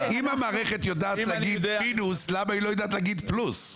אם המערכת יודעת להגיד מינוס למה היא לא יודעת להגיד פלוס?